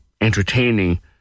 entertaining